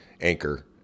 Anchor